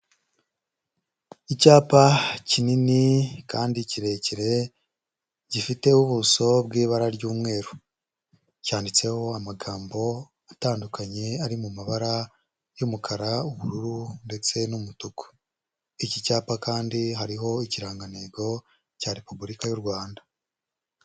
Icyapa kinini kandi kirekire gifite ubuso bw'ibara ry'umweru, cyanditseho amagambo atandukanye ari mu mabara y'umukara, ubururu ndetse n'umutuku, iki cyapa kandi hariho ikirangantego cya Repubulika y'u Rwanda.